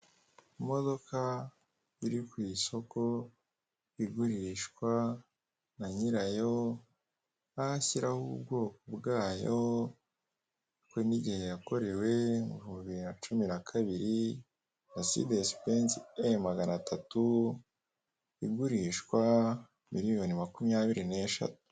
Imodoka iri ku isoko igurishwa na nyirayo aho ashyiraho ubwoko bwayo kwe n'igihe yakorewe bibiri na cumi na kabiri, Mercedes Benz enz E magana atatu igurishwa miliyoni makumyabiri n'eshatu.